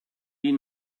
die